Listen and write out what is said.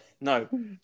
no